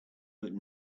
but